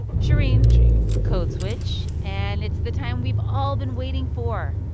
shereen gene code switch. and it's the time we've all been waiting for.